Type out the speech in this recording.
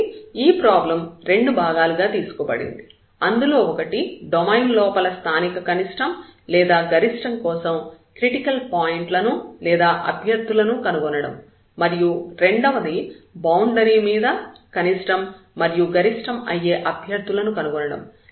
కాబట్టి ఈ ప్రాబ్లం రెండు భాగాలుగా తీసుకోబడింది అందులో ఒకటి డొమైన్ లోపల స్థానిక కనిష్టం లేదా గరిష్టం కోసం క్రిటికల్ పాయింట్లను లేదా అభ్యర్థులను కనుగొనడం మరియు రెండవది బౌండరీ మీద కనిష్టం మరియు గరిష్టం అయ్యే అభ్యర్థులను కనుగొనడం